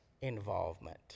involvement